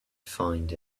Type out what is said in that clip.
find